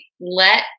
let